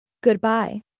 Goodbye